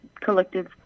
collective